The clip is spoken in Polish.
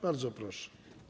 Bardzo proszę.